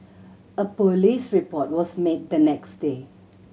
a police report was made the next day